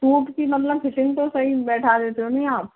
suit की मतलब fitting तो सही बैठा देते हो ना आप